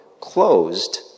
closed